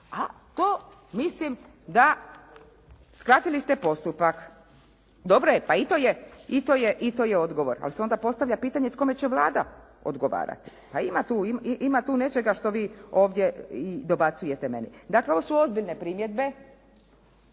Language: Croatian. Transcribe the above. a to mislim da shvatili ste postupak. Dobro je, pa i to je odgovor, ali se onda postavlja pitanje, kome će Vlada odgovarati? Pa ima tu nečega što vi ovdje i dobacujete meni. Dakle, ovo su ozbiljne primjedbe